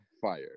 fire